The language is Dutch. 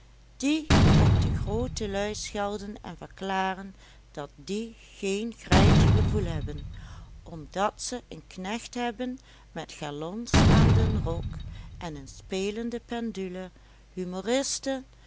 die op de groote lui schelden en verklaren dat die geen greintje gevoel hebben omdat ze een knecht hebben met galons aan den rok en een spelende